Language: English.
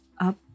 up